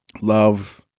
love